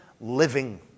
living